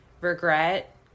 regret